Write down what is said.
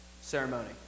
ceremony